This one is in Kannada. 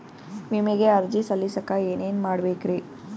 ವಿಮೆಗೆ ಅರ್ಜಿ ಸಲ್ಲಿಸಕ ಏನೇನ್ ಮಾಡ್ಬೇಕ್ರಿ?